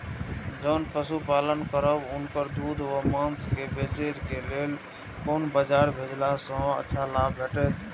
जोन पशु पालन करब उनकर दूध व माँस के बेचे के लेल कोन बाजार भेजला सँ अच्छा लाभ भेटैत?